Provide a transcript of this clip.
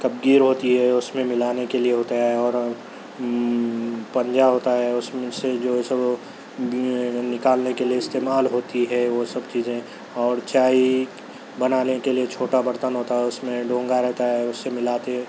کفگیر ہوتی ہے اُس میں مِلانے کے لیے ہوتا ہے اور پنجہ ہوتا ہے اُس میں سے جو سو نکالنے کے لیے استعمال ہوتی ہے وہ سب چیزیں اور چائے بنانے کے لیے چھوٹا برتن ہوتا ہے اُس میں ڈونگا رہتا ہے اُس سے مِلاتے ہیں